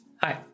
Hi